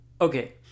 okay